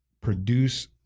produce